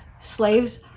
slaves